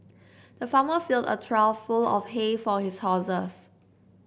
the farmer filled a trough full of hay for his horses